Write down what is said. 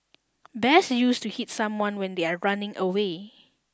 best used to hit someone when they are running away